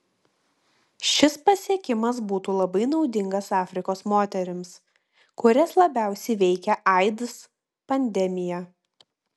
šis pasiekimas būtų labai naudingas afrikos moterims kurias labiausiai veikia aids pandemija